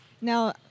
Now